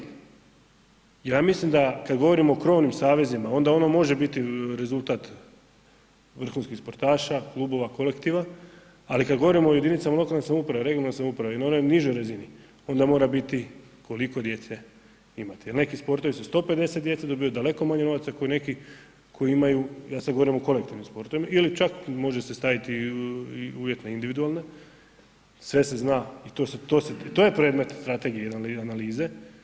Ja mislim da kada govorimo o krovnim savezima onda ono može biti rezultat vrhunskih sportaša, klubova, kolektiva, ali kad govorimo o jedinicama lokalne samouprave, regionalne samouprave i na onoj nižoj razini onda mora biti koliko djece imate, jer neki sportovi su 150 djece dobiju daleko manje novaca ko neki koji imaju, ja sad govorim o kolektivnim sportovima ili čak može se staviti u uvjetne, individualne, sve se zna i to je predmet strategije, analize.